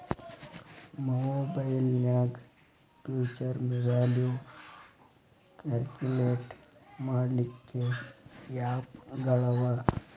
ಮಒಬೈಲ್ನ್ಯಾಗ್ future value calculate ಮಾಡ್ಲಿಕ್ಕೆ app ಗಳವ